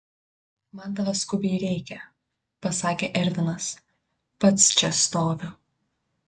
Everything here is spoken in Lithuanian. man tavęs skubiai reikia pasakė ervinas pats čia stoviu